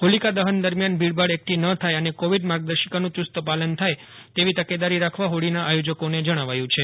હોલિકા દહન દરમ્યાન ભીડભાડ એકઠી ન થાય અને કોવિડ માર્ગદર્શિકાનું યુસ્ત પાલન થાય તેવી તકેદારી રાખવા હોળીના આયોજકોને જણાવાયું છે